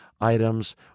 items